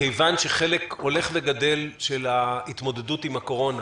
חלק הולך וגדל של ההתמודדות עם הקורונה